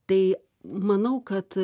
tai manau kad